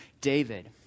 David